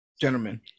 gentlemen